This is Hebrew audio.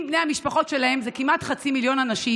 עם בני המשפחות שלהם זה כמעט חצי מיליון אנשים,